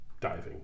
diving